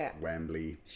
Wembley